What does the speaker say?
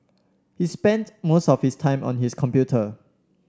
he spent most of his time on his computer